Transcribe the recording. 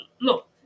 look